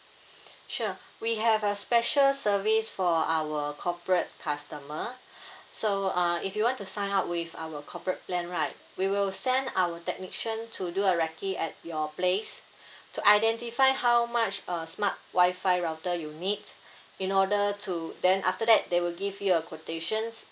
sure we have a special service for our corporate customer so uh if you want to sign up with our corporate plan right we will send our technician to do a recce at your place to identify how much uh smart wi-fi router you need in order to then after that they will give you a quotations